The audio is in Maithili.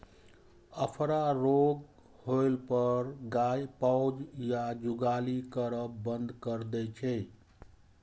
अफरा रोग होइ पर गाय पाउज या जुगाली करब बंद कैर दै छै